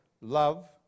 love